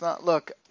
Look